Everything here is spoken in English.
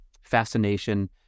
fascination